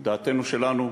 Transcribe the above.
דעתנו שלנו,